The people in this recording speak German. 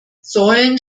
säulen